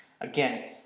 again